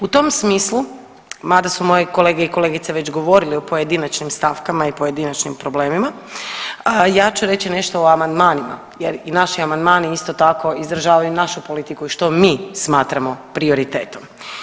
U tom smislu mada su moje kolege i kolegice već govorili o pojedinačnim stavkama i pojedinačnim problemima, ja ću reći nešto o amandmanima jer i naši amandmani isto tako izražavaju i našu politiku i što mi smatramo prioritetom.